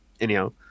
anyhow